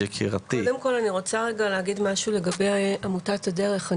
אני רוצה להגיד משהו לגבי עמותת הדרך.